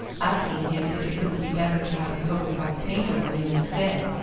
asking him if it wouldn't be better to have a coat of white paint over him instead,